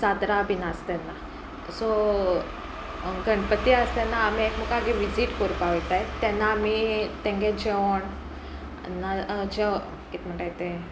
चांदरां बीन आस तेन्ना सो गणपती आसतन्ना आमी एकमेकागे विजीट कोरपा वयताय तेन्ना आमी तेंगे जेवण कितें म्हणटाय तें